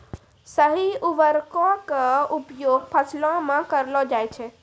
सही उर्वरको क उपयोग फसलो म करलो जाय छै